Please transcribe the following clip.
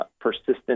persistent